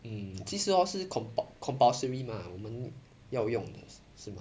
mm 其实 hor 是 compul~ compulsory mah 我们要用的是吗